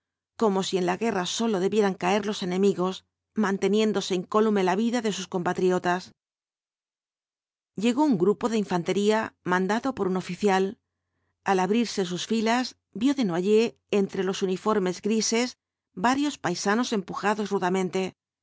como si en la guerra sólo debieran caer los enemigos manteniéndose incólume la vida de sus compatriotas llegó un grupo de infantería mandado por un oficial al abrirse sus filas vio desnoyers entre los uniformes grises varios paisanos empujados rudamente